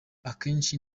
akenshi